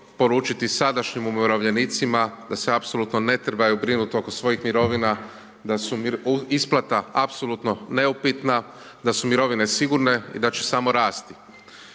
poručiti sadašnjim umirovljenicima da se apsolutno ne trebaju brinut oko svojih mirovina, da su isplata apsolutno neupitna, da su mirovine sigurne i da će samo rasti.